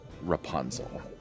Rapunzel